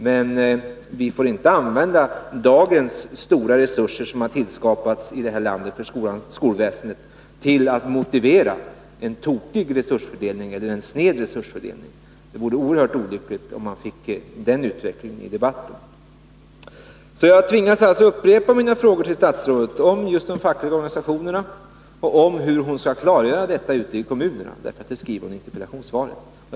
Men vi får inte låta dagens stora resurser, som har tillskapats för vårt skolväsende, motivera en tokig eller sned resursfördelning. Det vore oerhört olyckligt om man fick den utvecklingen i debatten. Jag tvingas upprepa mina frågor till statsrådet: om de fackliga organisationerna och om hur hon skall klargöra detta ute i kommunerna — för hon skriver i interpellationssvaret att man skall göra det.